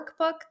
workbook